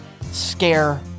scare